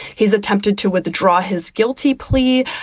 he's attempted to withdraw his guilty plea.